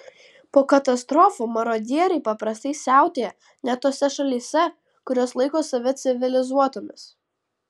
po katastrofų marodieriai paprastai siautėja net tose šalyse kurios laiko save civilizuotomis